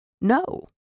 No